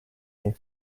you